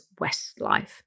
Westlife